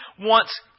wants